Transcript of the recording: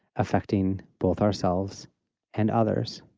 affecting both ourselves and others.